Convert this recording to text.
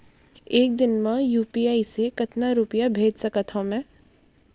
एक दिन म यू.पी.आई से कतना रुपिया भेज सकत हो मैं?